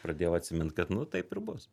pradėjau atsimint kad nu taip ir bus